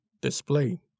display